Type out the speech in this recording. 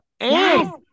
Yes